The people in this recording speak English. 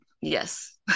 Yes